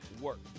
work